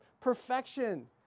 perfection